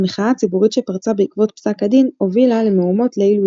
המחאה הציבורית שפרצה בעקבות פסק הדין הובילה למהומות ליל וייט.